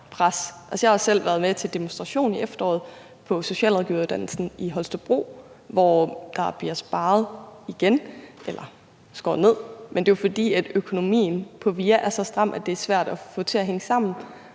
jeg har selv været med til demonstration i efteråret på socialrådgiveruddannelsen i Holstebro, hvor der bliver sparet eller skåret ned igen, men det er jo, fordi økonomien på VIA er så stram, at det er svært at få til at hænge sammen,